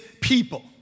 people